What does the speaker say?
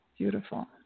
Beautiful